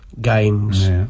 games